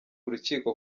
urukiko